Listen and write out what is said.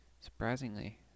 Surprisingly